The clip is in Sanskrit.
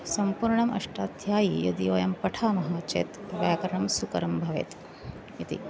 सम्पूर्णम् अष्टाध्यायी यदि वयं पठामः चेत् व्याकरणं सुकरं भवेत् इति